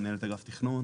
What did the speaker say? מנהל את אגף תכנון,